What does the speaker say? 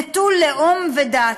נטול לאום ודת.